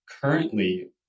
currently